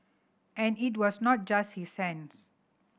and it was not just his hands